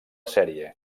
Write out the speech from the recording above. sèrie